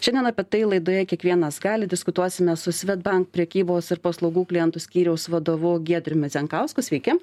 šiandien apie tai laidoje kiekvienas gali diskutuosime su svedbank prekybos ir paslaugų klientų skyriaus vadovu giedriumi zenkausku sveiki